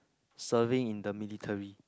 serving in the military